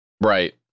Right